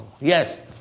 Yes